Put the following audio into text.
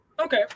Okay